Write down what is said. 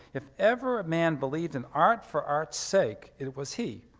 if ever a man believed in art for art's sake, it was he.